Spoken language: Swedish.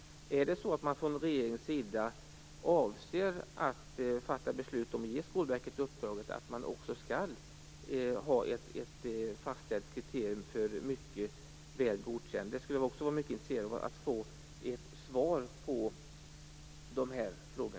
Avser man från regeringens sida att fatta beslut om att ge Skolverket i uppdrag att se till att det finns ett fastställt kriterium för Mycket väl godkänd? Jag är mycket intresserad av att få höra statsrådets svar på mina frågor.